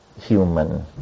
human